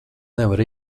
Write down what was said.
nevar